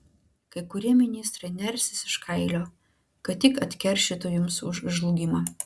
kai kurie ministrai nersis iš kailio kad tik atkeršytų jums už žlugimą